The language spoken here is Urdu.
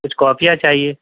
کچھ کاپیاں چاہیے